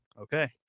Okay